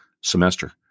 semester